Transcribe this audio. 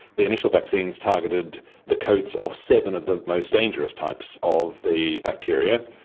the initial vaccines targeted the coats of seven of the most dangerous types of the bacteria,